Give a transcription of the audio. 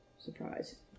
surprise